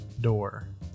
door